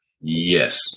Yes